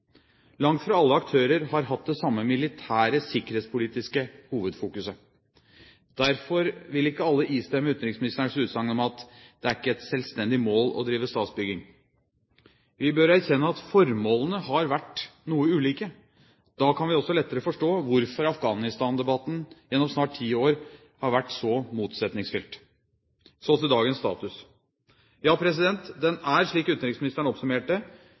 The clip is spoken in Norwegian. Langt fra alle aktører har hatt det samme militære sikkerhetspolitiske hovedfokus. Derfor vil ikke alle istemme utenriksministerens utsagn: «Det er ikke et selvstendig mål å drive statsbygging». Vi bør erkjenne at formålene har vært noe ulike. Da kan vi også lettere forstå hvorfor Afghanistan-debatten gjennom snart ti år har vært så motsetningsfylt. Så til dagens status – ja, den er slik utenriksministeren oppsummerte: